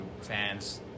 fans